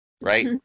Right